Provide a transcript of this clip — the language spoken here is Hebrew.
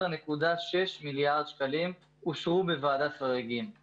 יש מעל ל-1,000 אחיות שלא נמצאות ברגע זה